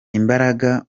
imbaraga